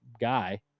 guy